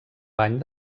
bany